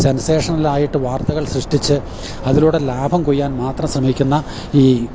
സെൻസേഷ്നലായിട്ട് വാർത്തകൾ സൃഷ്ടിച്ച് അതിലൂടെ ലാഭം കൊയ്യാൻ മാത്രം ശ്രമിക്കുന്ന ഈ